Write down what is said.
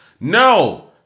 No